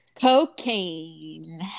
cocaine